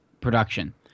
production